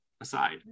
aside